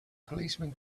policemen